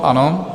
Ano.